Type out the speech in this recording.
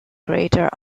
greater